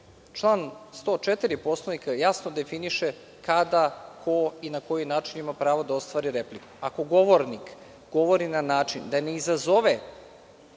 član 104. Poslovnika jasno definiše kada, ko i na koji način ima pravo da ostvari repliku. Ako govornik govori na način da ne izazove